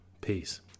Peace